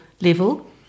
level